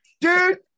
dude